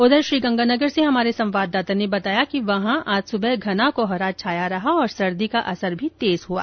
उधर श्रीगंगानगर से हमारे संवाददाता ने बताया कि वहां आज सुबह घना कोहरा छाया रहा और सर्दी का असर बढ़ गया